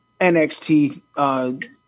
NXT